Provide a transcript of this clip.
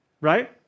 right